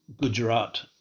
Gujarat